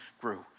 grew